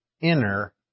inner